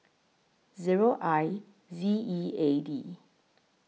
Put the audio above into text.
Zero I Z E A D